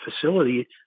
facility